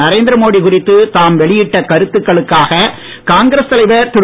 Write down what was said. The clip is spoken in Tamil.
நரேந்திர மோடி குறித்து தாம்வெளியிட்ட கருத்துக்களுக்காக காங்கிரஸ்தலைவர் திரு